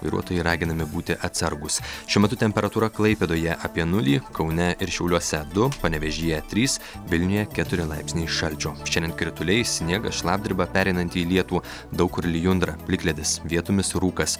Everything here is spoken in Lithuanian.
vairuotojai raginami būti atsargūs šiuo metu temperatūra klaipėdoje apie nulį kaune ir šiauliuose du panevėžyje trys vilniuje keturi laipsniai šalčio šiandien krituliai sniegas šlapdriba pereinanti į lietų daug kur lijundra plikledis vietomis rūkas